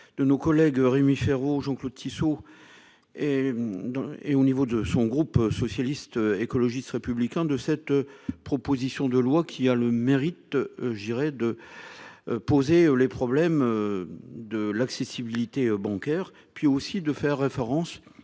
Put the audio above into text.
De nos collègues Rémi Féraud Jean-Claude Tissot. Et. Et au niveau de son groupe socialiste écologiste républicain de cette proposition de loi qui a le mérite, je dirais de. Poser les problèmes. De l'accessibilité bancaire et puis aussi de faire référence